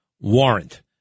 warrant